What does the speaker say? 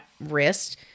wrist